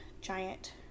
giant